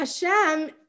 Hashem